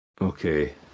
Okay